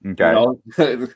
Okay